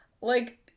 Like-